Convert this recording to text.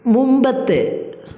മുമ്പത്തെ